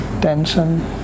tension